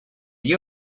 you